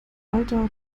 alter